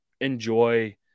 enjoy